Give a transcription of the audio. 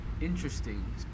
interesting